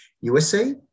USA